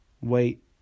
Wait